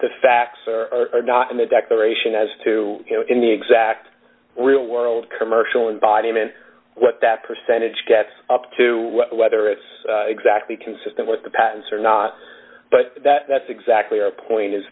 the facts are not in the declaration as to you know in the exact real world commercial environment what that percentage gets up to whether it's exactly consistent with the patents or not but that that's exactly our point is